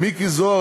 מיקי זוהר,